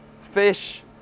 fish